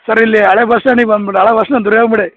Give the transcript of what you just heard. sir ಇಲ್ಲಿ ಹಳೆ bus ಸ್ಟಾಂಡಿಗೆ ಬಂದು ಬಿಡಿ ಹಳೆ ಬಸ್ ಸ್ಟಾಂಡ್